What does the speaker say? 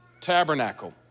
tabernacle